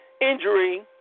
injury